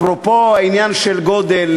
אפרופו העניין של גודל,